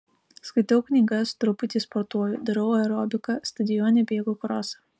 skaitau knygas truputį sportuoju darau aerobiką stadione bėgu krosą